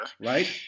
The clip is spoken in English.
right